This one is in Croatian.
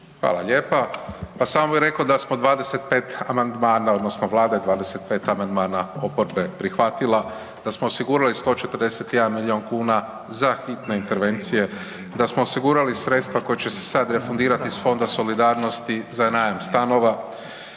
Hvala lijepa. Pa samo bi reko da smo 25 amandmana odnosno vlada je 25 amandmana oporbe prihvatila, da smo osigurali 141 milijun kuna za hitne intervencije, da smo osigurali sredstva koja će se sad refundirati iz Fonda solidarnosti za najam stanova,